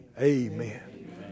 Amen